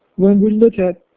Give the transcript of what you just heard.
when we look at